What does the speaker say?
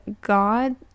God